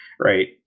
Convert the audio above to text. right